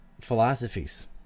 philosophies